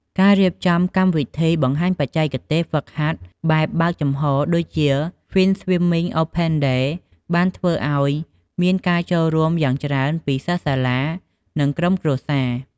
ការរៀបចំកម្មវិធីបង្ហាញបច្ចេកទេស ហ្វឹកហាត់បែបបើកចំហ ដូចជា “Finswimming Open Day” បានធ្វើឱ្យមានការចូលរួមយ៉ាងច្រើនពីសិស្សសាលា និងក្រុមគ្រួសារ។